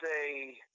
say